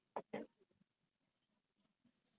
you look like you can get you got game